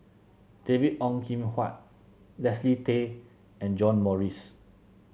David Ong Kim Huat Leslie Tay and John Morrice